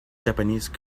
japanese